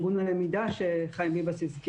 אם זה בהקשר של ארגון הלמידה שחיים ביבס הזכיר.